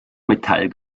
metall